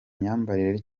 myambarire